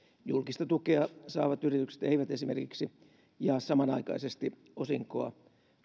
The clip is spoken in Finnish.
julkista tukea saavat yritykset eivät esimerkiksi jaa samanaikaisesti osinkoa